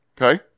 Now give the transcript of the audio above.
Okay